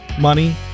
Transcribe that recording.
money